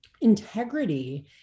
integrity